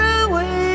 away